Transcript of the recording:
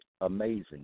amazing